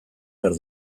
behar